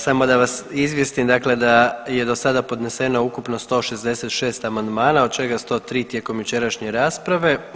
Samo da vas izvijestim dakle da je do sada podneseno ukupno 166 amandmana od čega 103 tijekom jučerašnje rasprave.